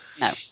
No